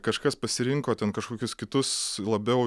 kažkas pasirinko ten kažkokius kitus labiau